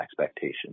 expectations